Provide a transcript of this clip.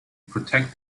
protect